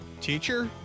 teacher